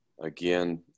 Again